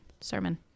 sermon